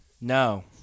No